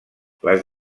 les